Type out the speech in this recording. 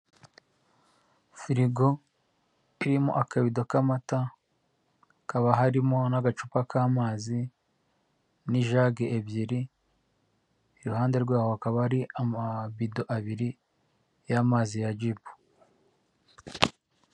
Firigo irimo akabido k'amata, hakaba harimo n'agacupa k'amazi n'ijage ebyiri, iruhande rwaho hakaba hari amabido abiri y'amazi ya jibu.